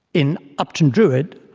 in upton druid,